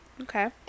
okay